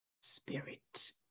spirit